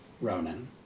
Ronan